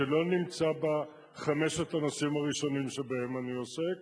זה לא נמצא בחמשת הנושאים הראשונים שבהם אני עוסק,